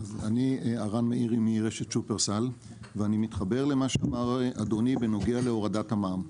אני מרשת שופרסל ואני מתחבר למה שאמר אדוני בנוגע להורדת המע"מ.